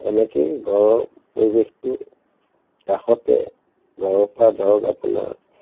এনেকেই ঘৰৰ পৰিৱেশটো কাষতে ঘৰৰ পৰা ধৰক আপোনাৰ